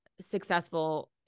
successful